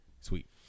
Sweet